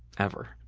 ever.